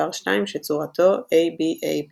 מספר 2 שצורתו A–B–A–B–A.